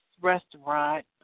restaurant